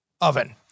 oven